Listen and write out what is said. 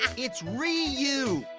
and it's ree-you.